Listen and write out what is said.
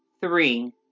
three